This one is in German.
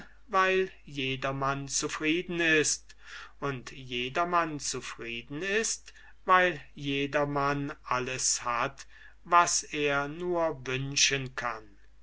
weil jedermann zufrieden ist und jedermann zufrieden ist weil jedermann alles hat was er nur wünschen kann